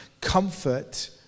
comfort